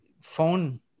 phone